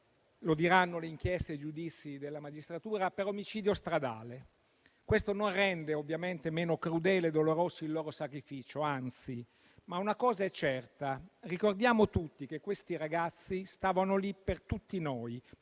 lo diranno le inchieste e i giudizi della magistratura - per omicidio stradale. Questo non rende ovviamente meno crudele e doloroso il loro sacrificio, anzi, ma una cosa è certa: ricordiamo tutti che questi ragazzi stavano lì per tutti noi,